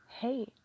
hey